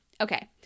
Okay